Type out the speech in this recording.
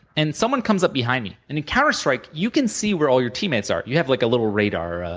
and someone comes up behind me and in counter strike, you can see where all your teammates are. you have like a little radar,